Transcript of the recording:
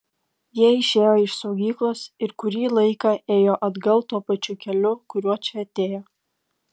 jie išėjo iš saugyklos ir kurį laiką ėjo atgal tuo pačiu keliu kuriuo čia atėjo